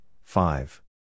five